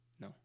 No